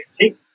take